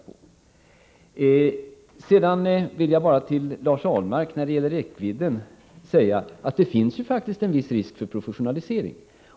När det gäller räckvidden för närradiosändarna vill jag till Lars Ahlmark bara säga att det ju faktiskt finns en viss risk för låt mig säga professionalisering.